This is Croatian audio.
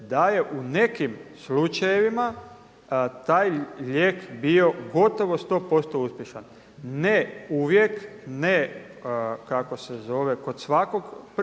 da je u nekim slučajevima taj lijek bio gotovo 100% uspješan. Ne uvijek, ne kako se zove kod svakog